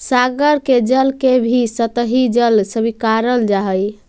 सागर के जल के भी सतही जल स्वीकारल जा हई